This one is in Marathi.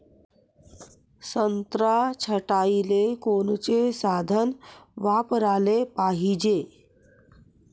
संत्रा छटाईले कोनचे साधन वापराले पाहिजे?